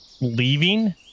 leaving